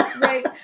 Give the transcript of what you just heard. right